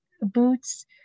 boots